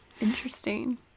Interesting